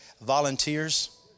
volunteers